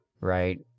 right